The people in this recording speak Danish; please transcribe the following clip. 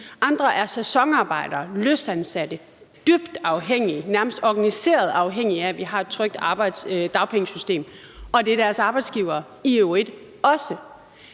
Andre er sæsonarbejdere, løst ansatte, og de er dybt afhængige, nærmest organiseret afhængige af, at vi har et trygt dagpengesystem, og det er deres arbejdsgivere i øvrigt også.